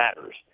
matters